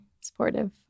supportive